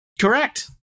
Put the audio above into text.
Correct